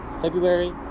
February